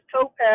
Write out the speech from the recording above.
Topaz